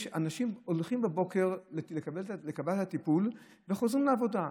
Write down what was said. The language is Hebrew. יש אנשים שהולכים בבוקר לקבלת הטיפול וחוזרים לעבודה.